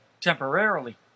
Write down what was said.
temporarily